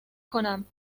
کنم